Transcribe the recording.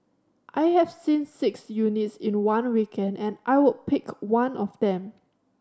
I have seen six units in one weekend and I would pick one of them